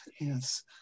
yes